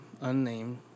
Unnamed